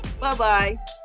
Bye-bye